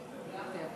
מוותר.